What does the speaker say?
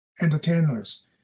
entertainers